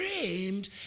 framed